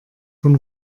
von